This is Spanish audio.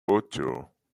ocho